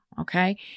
okay